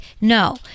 no